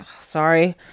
Sorry